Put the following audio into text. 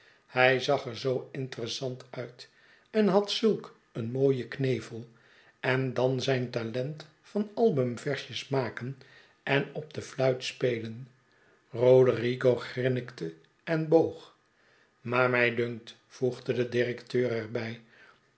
hij zag er zoo interessant uit en had zulk een mooien knevel en dan zijn talent van albumversjes maken en op defluit spelen roderigo grinnikte en boog maar mij dunkt voegde de directeur er